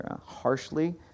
harshly